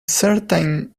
certain